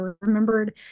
remembered